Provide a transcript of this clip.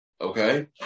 okay